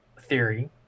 theory